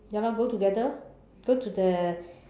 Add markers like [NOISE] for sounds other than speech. ya lor go together [BREATH] go to the